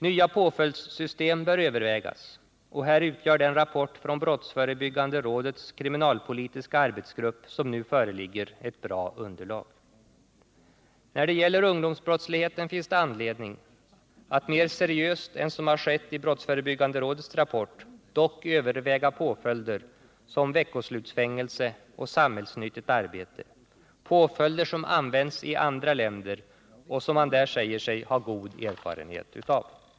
Nya påföljdssystem bör övervägas, och här utgör den rapport från brottsförebyggande rådets kriminalpolitiska arbetsgrupp som nu föreligger ett bra underlag. När det gäller ungdomsbrottsligheten finns det anledning att mer seriöst än som skett i brottsförebyggande rådets rapport dock överväga påföljder såsom veckoslutsfängelse och samhällsnyttigt arbete, påföljder som används i flera andra länder och som man där säger sig ha god erfarenhet av.